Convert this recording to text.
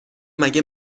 مگه